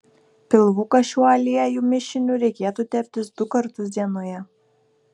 pilvuką šiuo aliejų mišiniu reikėtų teptis du kartus dienoje